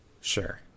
Sure